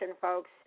folks